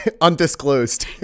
Undisclosed